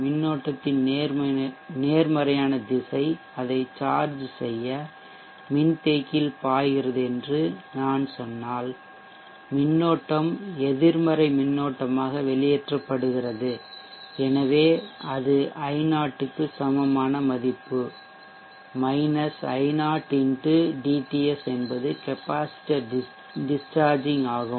மின்னோட்டத்தின் நேர்மறையான திசை அதை சார்ஜ் செய்ய மின்தேக்கியில் பாய்கிறது என்று நான் சொன்னால் மின்னோட்டம் எதிர்மறை மின்னோட்டமாக வெளியேற்றப்படுகிறது எனவே அது I0 க்கு சமமான மதிப்பு I0 x dTS என்பது கெப்பாசிட்டர் டிஸ்சார்ஜ்ஜிங் ஆகும்